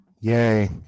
Yay